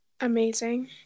Amazing